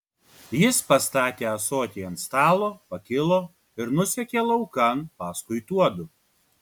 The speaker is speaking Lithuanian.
jis pastatė ąsotį ant stalo pakilo ir nusekė laukan paskui tuodu